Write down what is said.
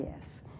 yes